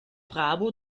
bravo